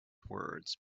words